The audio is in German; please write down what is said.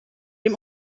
dem